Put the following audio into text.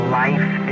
life